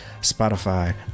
Spotify